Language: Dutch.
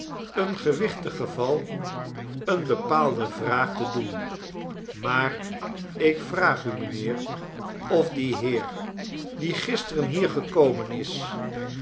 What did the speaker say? een gewichtig geval eene bepaalde vraag te doen maar ik vraag u mijnheer of die heer die gisteren hier gekomen is